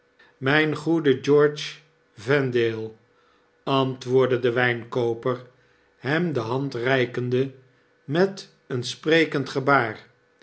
mp goede george vendale antwoordde de wijnkooper hem de hand reikende met een sprekend gebaar